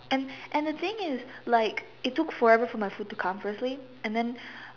and and the thing is is like it took forever for my food to come firstly and then